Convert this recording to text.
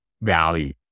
value